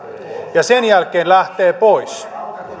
sen jälkeen lähtee pois